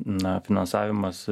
na finansavimas